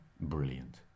brilliant